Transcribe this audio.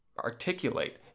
articulate